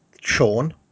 Sean